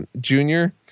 Junior